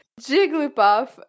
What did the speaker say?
Jigglypuff